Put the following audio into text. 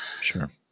sure